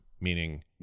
meaning